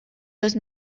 dos